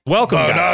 Welcome